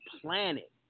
planet